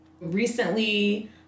Recently